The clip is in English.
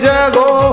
Jago